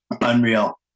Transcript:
Unreal